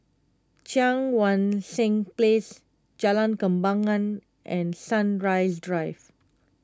Cheang Wan Seng Place Jalan Kembangan and Sunrise Drive